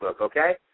okay